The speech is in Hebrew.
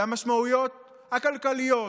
והמשמעויות הכלכליות,